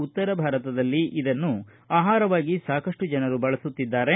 ಉತ್ತರಭಾರತದಲ್ಲಿ ಇದನ್ನು ಆಹಾರವನ್ನಾಗಿ ಸಾಕಷ್ಟು ಜನರು ಬಳಸುತ್ತಿದ್ದಾರೆ